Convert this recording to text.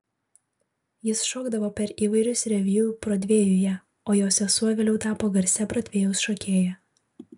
jis šokdavo per įvairius reviu brodvėjuje o jo sesuo vėliau tapo garsia brodvėjaus šokėja